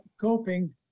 coping